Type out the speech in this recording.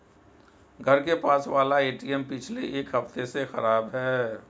घर के पास वाला एटीएम पिछले एक हफ्ते से खराब है